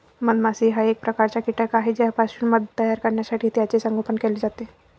मधमाशी हा एक प्रकारचा कीटक आहे ज्यापासून मध तयार करण्यासाठी त्याचे संगोपन केले जाते